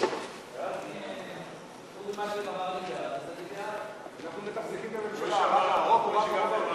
ההצעה להעביר את הצעת חוק לתיקון פקודת התעבורה (מס' 111),